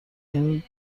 این